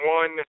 one